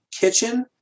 kitchen